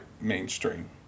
mainstream